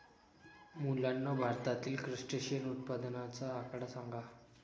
मुलांनो, भारतातील क्रस्टेशियन उत्पादनाचा आकडा सांगा?